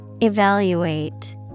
Evaluate